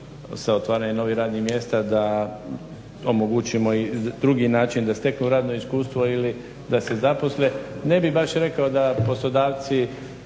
sa otvaranjem novih radnih mjesta da omogućimo i drugi način da steknu radno iskustvo ili da se zaposle. Ne bih baš rekao da poslodavci